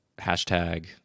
hashtag